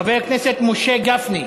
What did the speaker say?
חבר הכנסת משה גפני,